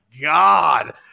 God